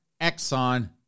Exxon